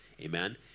Amen